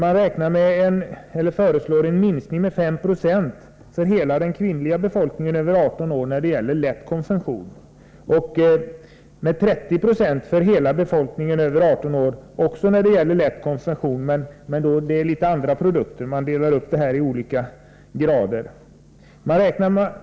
Man föreslår en miniminivå som innebär en minskning med 5 96 för den kvinnliga befolkningen över 18 år när det gäller lätt konsumtion och med 30 26 för hela befolkningen över 18 år också när det gäller lätt konsumtion men med litet andra produkter; man delar upp konsumtionen i olika varugrupper.